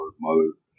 mother